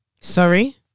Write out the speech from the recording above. Sorry